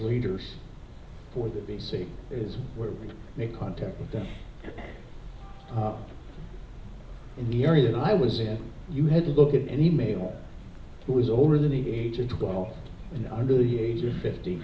leaders for the v c is where we make contact with them in the area that i was in you had to look at any male who is older than the age of twelve and under the age of fifty